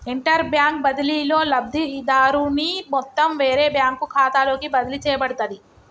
interbank బదిలీలో, లబ్ధిదారుని మొత్తం వేరే బ్యాంకు ఖాతాలోకి బదిలీ చేయబడుతది